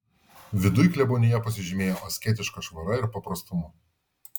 viduj klebonija pasižymėjo asketiška švara ir paprastumu